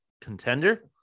contender